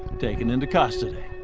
taken into custody.